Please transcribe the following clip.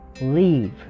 leave